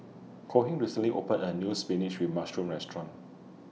Cohen recently opened A New Spinach with Mushroom Restaurant